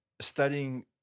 studying